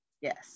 Yes